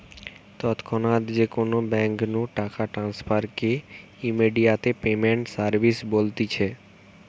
তৎক্ষণাৎ যে কোনো বেঙ্ক নু টাকা ট্রান্সফার কে ইমেডিয়াতে পেমেন্ট সার্ভিস বলতিছে